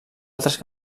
altres